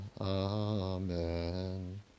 amen